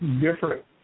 different